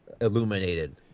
illuminated